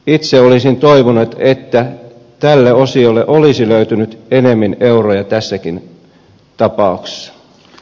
itse olisin toivonut että tälle osiolle olisi löytynyt enemmän euroja tässäkin tapauksessa